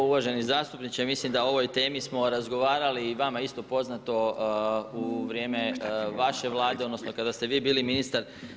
Uvaženi zastupniče, mislim da o ovoj temi smo razgovarali i vama je isto poznato u vrijeme vaše Vlade, odnosno kada ste vi bili ministar.